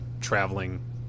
traveling